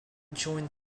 joined